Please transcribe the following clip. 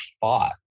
fought